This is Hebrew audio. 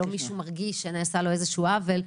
לא מי מרגיש שנעשה לו איזשהו עוול,